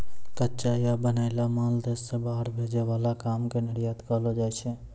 कच्चा या बनैलो माल देश से बाहर भेजे वाला काम के निर्यात कहलो जाय छै